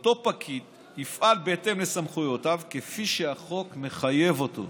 אותו פקיד יפעל בהתאם לסמכויותיו כפי שהחוק מחייב אותו.